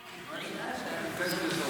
אני קובע כי הצעת חוק הביטוח הלאומי (תיקון מס' 255)